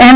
એમ